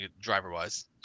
driver-wise